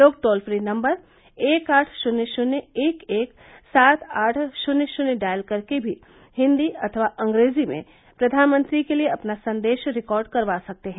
लोग toll free number एक आठ शून्य शून्य एक एक सात आठ शून्य शून्य डायल करके भी हिन्दी अथवा अंग्रेजी में प्रधानमंत्री के लिए अपना संदेश रिकार्ड करवा सकते हैं